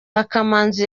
akamanzi